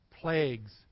plagues